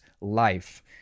life